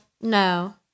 No